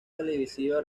televisiva